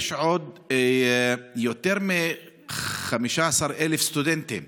יש עוד יותר מ-15,000 סטודנטים